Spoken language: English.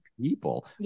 people